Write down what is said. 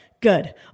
good